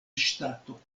ŝtato